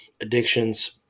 Addictions